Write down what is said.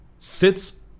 Sits